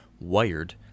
WIRED